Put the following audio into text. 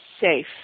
safe